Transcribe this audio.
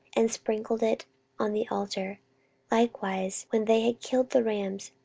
and sprinkled it on the altar likewise, when they had killed the rams,